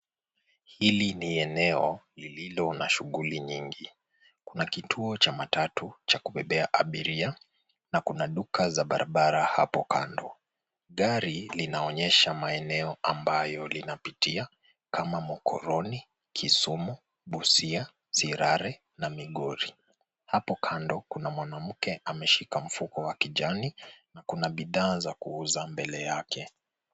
Hili ni eneo lililo na shuguli nyingi. Kuna kituo cha matatu cha kubebea abiria na kuna duka za barabara hapo kando. Gari linaonyesha maeneo ambayo linapitia kama Mokoroni, Kisumu, Busia, Sirare na Migori. Hapo kando kuna mwanamke ameshika mfuko wa kijani na kuna bidhaa za kuuza mbele yake.